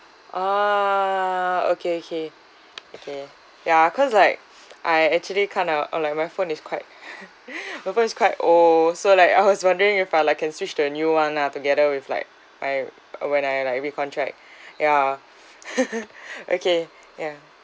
ah okay okay okay ya cause like I actually kinda uh like my phone is quite my phone is quite old so like I was wondering if I like can switch the new one lah together with like I when I like recontract ya okay ya